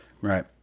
Right